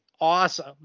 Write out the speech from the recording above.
awesome